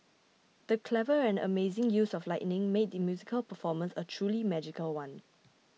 the clever and amazing use of lighting made the musical performance a truly magical one